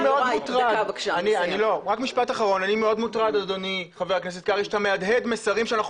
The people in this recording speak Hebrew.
אני מאוד מוטרד חבר הכנסת קרעי שאתה מהדהד מסרים שאנחנו